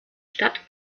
stadt